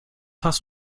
hast